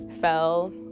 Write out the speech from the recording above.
fell